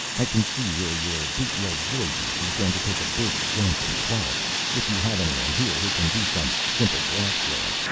i can see where your bootleg joyjuice is going to take a big jump in quality, if you have anyone here who can do some simple glassblowing.